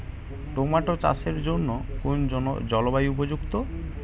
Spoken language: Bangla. টোমাটো চাষের জন্য কোন জলবায়ু উপযুক্ত?